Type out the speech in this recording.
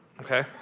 okay